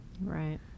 Right